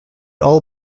all